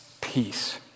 peace